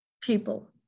people